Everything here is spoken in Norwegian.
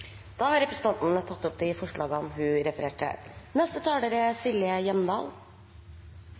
Da har representanten Kari Anne Bøkestad Andreassen tatt opp de forslagene hun viste til. Områdesatsingene er